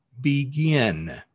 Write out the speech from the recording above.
begin